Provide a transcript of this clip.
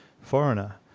foreigner